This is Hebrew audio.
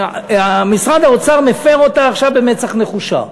משרד האוצר מפר אותה עכשיו במצח נחושה,